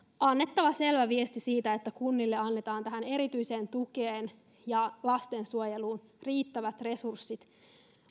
annettava selvä viesti siitä että kunnille annetaan tähän erityiseen tukeen ja lastensuojeluun riittävät resurssit